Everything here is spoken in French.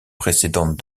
précédents